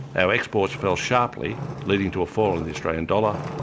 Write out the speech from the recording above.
our exports fell sharply, leading to a fall in the australian dollar,